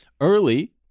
early